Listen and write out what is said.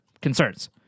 concerns